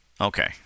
Okay